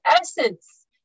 essence